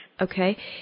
Okay